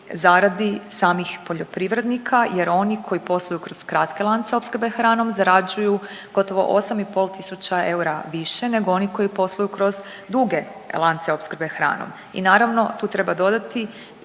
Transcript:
zaradi samih poljoprivrednika jer oni koji posluju kroz kratke lance opskrbe hranom zarađuju gotovo 8,5 tisuća eura više nego oni koji posluju kroz duge lance opskrbe hranom. I naravno tu treba dodati